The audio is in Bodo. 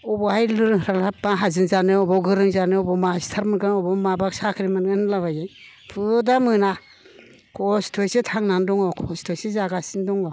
अबाहाय माहाजोन जानो अबाव गोरों जानो अबाव मास्टार मोनगोन अबाव माबा साख्रि मोनगोन होनला बायो फुदा मोना खस्थ'यैसो थांनानै दङ खस्थ'यैसो जागासिनो दङ